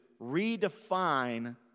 redefine